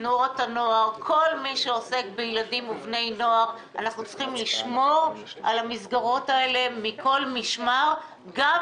אנחנו צריכים לשמור מכל משמר על המסגרות